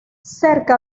cerca